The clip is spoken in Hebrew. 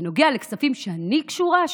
בנוגע לכספים שאני קשורה אליהם,